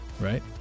right